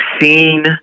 seen